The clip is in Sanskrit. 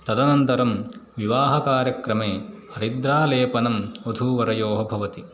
तदनन्तरं विवाहकार्यक्रमे हरिद्रालेपनं वधूवरयोः भवति